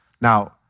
Now